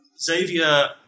Xavier